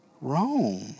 Rome